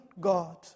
god